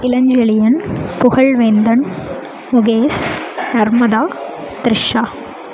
Ilanchezhiyan Pugazhvendhan Mukesh Narmada Trisha